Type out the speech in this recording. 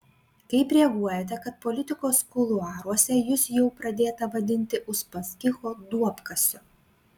kaip reaguojate kad politikos kuluaruose jus jau pradėta vadinti uspaskicho duobkasiu